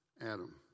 Adam